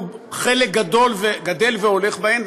חלק גדל והולך בהן,